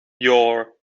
your